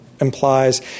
implies